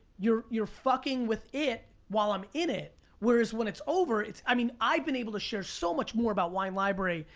you're you're fucking with it, while i'm in it. whereas, when it's over. i mean, i've been able to share so much more about wine library,